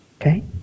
Okay